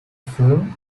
film